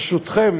ברשותכם,